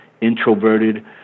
introverted